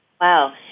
Wow